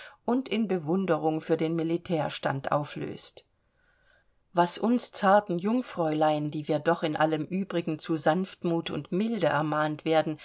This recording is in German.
und in bewunderung für den militärstand auflöst was uns zarten jungfräulein die wir doch in allem übrigen zu sanftmut und milde ermahnt werden